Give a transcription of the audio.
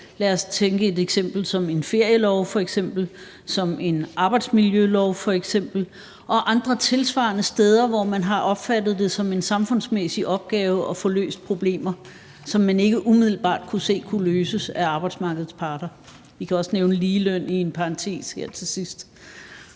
Lad os tænke et eksempel som en ferielov, eller f.eks. arbejdsmiljølov og andre tilsvarende steder, hvor man har opfattet det som en samfundsmæssig opgave at få løst problemer, som man ikke umiddelbart kunne se kunne løses af arbejdsmarkedets parter. Vi kan også nævne ligeløn – i en parantes her til sidst.